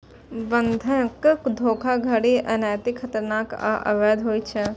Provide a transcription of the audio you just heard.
बंधक धोखाधड़ी अनैतिक, खतरनाक आ अवैध होइ छै